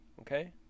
Okay